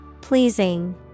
Pleasing